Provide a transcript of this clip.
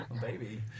baby